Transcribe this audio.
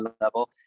level